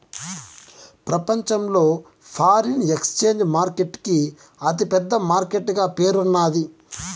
ప్రపంచంలో foreign exchange market కి అతి పెద్ద మార్కెట్ గా పేరున్నాది